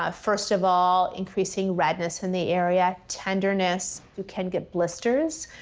ah first of all, increasing redness in the area, tenderness, you can get blisters,